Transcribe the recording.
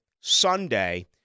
Sunday